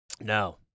No